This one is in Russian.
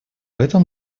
этом